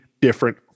different